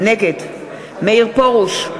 נגד מאיר פרוש,